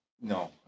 no